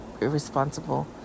irresponsible